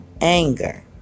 anger